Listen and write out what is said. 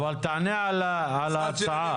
תענה על ההצעה.